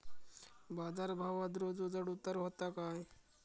बाजार भावात रोज चढउतार व्हता काय?